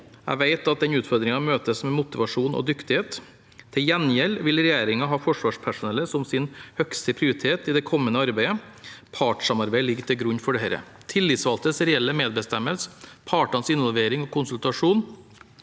Jeg vet at den utfordringen møtes med motivasjon og dyktighet. Til gjengjeld vil regjeringen ha forsvarspersonellet som sin høyeste prioritet i det kommende arbeidet. Partssamarbeidet ligger til grunn for dette. Tillitsvalgtes reelle medbestemmelse, partenes involvering og konsultasjon